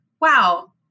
wow